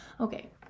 Okay